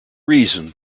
reason